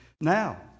Now